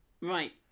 Right